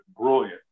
brilliant